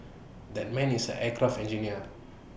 that man is an aircraft engineer